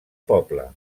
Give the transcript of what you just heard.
poble